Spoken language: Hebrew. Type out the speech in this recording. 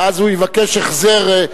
ואז הוא יבקש החזר,